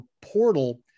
portal